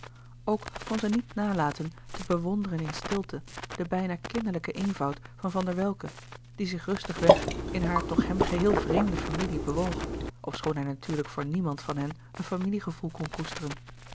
ook kon zij niet nalaten te bewonderen in stilte den bijna kinderlijken eenvoud van van der welcke die zich rustig-weg in haar toch hem geheel vreemde familie bewoog ofschoon hij natuurlijk voor niemand van hen een familie gevoel kon koesteren